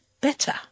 better